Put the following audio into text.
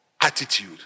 attitude